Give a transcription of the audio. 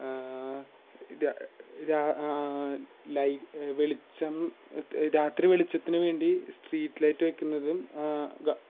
രാ ലൈ വെളിച്ചം രാത്രി വെളിച്ചത്തിന് വേണ്ടി സ്ട്രീറ്റ് ലൈറ്റ് വെക്കുന്നതും ഗ